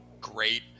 great